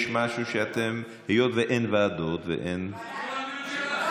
יש משהו שאתם, היות שאין ועדות, ועדת הכספים.